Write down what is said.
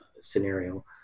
scenario